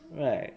right